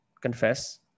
confess